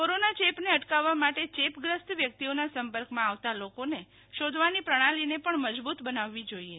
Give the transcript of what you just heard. corona ચેપને અટકાવવા માટે ચેપગ્રસ્ત વ્યક્તિઓના સંપર્કમાં આવતાં લોકોને શોધવાની પ્રણાલીને પણ મજબૂત બનાવવી જોઈએ